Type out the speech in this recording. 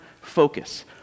focus